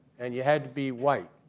and you had to be white.